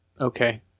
okay